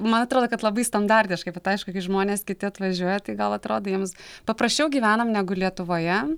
man atrodo kad labai standartiškai bet aišku kai žmonės kiti atvažiuoja tai gal atrodo jiems paprasčiau gyvenam negu lietuvoje